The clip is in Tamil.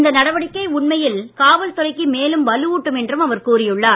இந்த நடவடிக்கை உண்மையில் காவல்துறைக்கு மேலும் வலுவூட்டும் என்று அவர் கூறியுள்ளார்